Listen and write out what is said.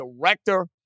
director